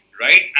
Right